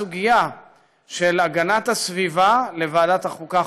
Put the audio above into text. או אם תגיע הסוגיה של הגנת הסביבה לוועדת החוקה,